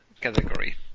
category